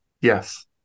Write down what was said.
Yes